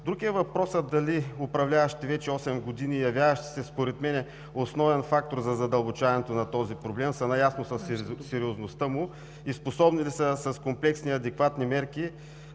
Друг е въпросът дали управляващите вече осем години, явяващи се според мен основен фактор за задълбочаването на този проблем, са наясно със сериозността му и способни ли са с комплексни и адекватни мерки